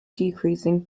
decreasing